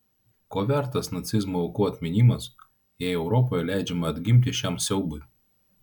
ko vertas nacizmo aukų atminimas jei europoje leidžiama atgimti šiam siaubui